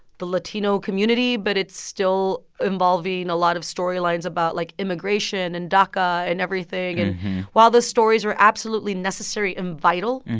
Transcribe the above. the latino community. but it's still involving a lot of storylines about, like, immigration and daca and everything. and while those stories are absolutely necessary and vital,